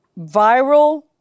viral